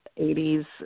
80s